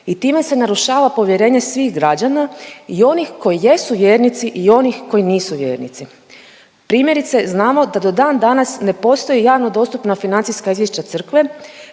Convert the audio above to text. i time se narušava povjerenje svih građana, i onih koji jesu vjernici i onih koji nisu vjernici. Primjerice znamo da do dan danas ne postoje javno dostupna financijska izvješća crkve,